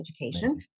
education